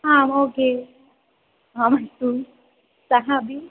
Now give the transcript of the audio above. आम् ओके आम् अस्तु सः अपि